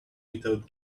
without